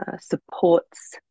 supports